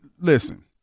listen